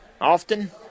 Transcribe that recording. often